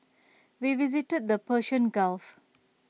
we visited the Persian gulf